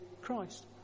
Christ